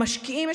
הם משקיעים,